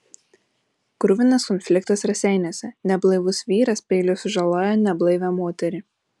kruvinas konfliktas raseiniuose neblaivus vyras peiliu sužalojo neblaivią moterį